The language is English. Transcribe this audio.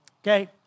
okay